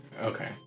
Okay